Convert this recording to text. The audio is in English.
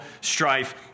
strife